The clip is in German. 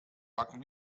backen